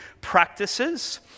practices